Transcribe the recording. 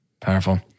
powerful